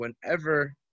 whenever